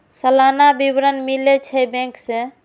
सलाना विवरण मिलै छै बैंक से?